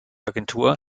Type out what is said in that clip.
agentur